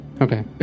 Okay